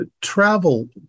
travel